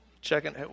checking